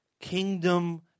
kingdom